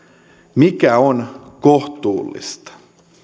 mikä on kohtuullista